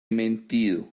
mentido